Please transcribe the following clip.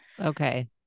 Okay